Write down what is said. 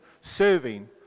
serving